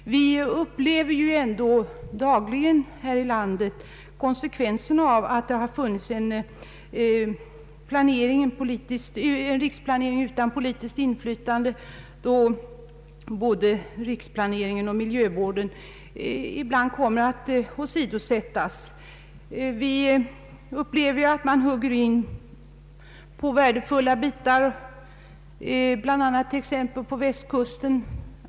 Dagligen upplever vi här i landet konsekvensen av att det har existerat en riksplanering som politikerna inte har kunnat påverka, vilket medfört att riksplaneringen och miljövården har kommit att åsidosättas. Man hugger in på värdefulla bitar, t.ex. på Västkusten.